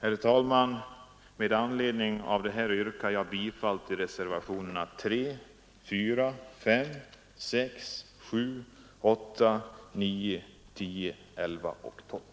Herr talman! Med anledning av detta yrkar jag bifall till reservationerna 3,4, 5,6, 7, 8, 9, 10, 11 och 12.